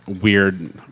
weird